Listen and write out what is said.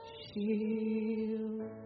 shield